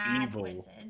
evil